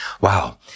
Wow